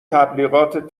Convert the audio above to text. تبلیغات